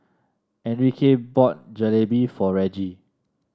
Enrique bought Jalebi for Reggie